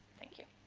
thank you.